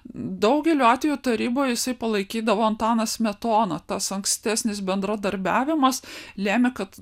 daugeliu atvejų taryboje jisai palaikydavo antaną smetoną tas ankstesnis bendradarbiavimas lėmė kad